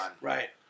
Right